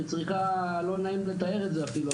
שצריכה לא נעים לתאר את זה אפילו,